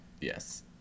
yes